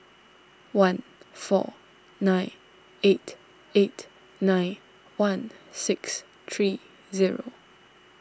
one four nine eight eight nine one six three zero